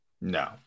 No